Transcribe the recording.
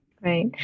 Right